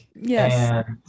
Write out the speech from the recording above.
Yes